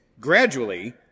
gradually